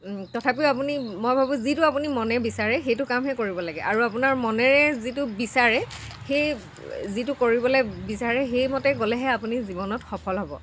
তথাপিও আপুনি মই ভাবোঁ যিটো আপুনি মনে বিচাৰে সেইটো কাম হে কৰিব লাগে আৰু আপোনাৰ মনেৰে যিটো বিচাৰে সেই যিটো কৰিবলৈ বিচাৰে সেইমতে গ'লেহে আপুনি জীৱনত সফল হ'ব